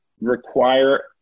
require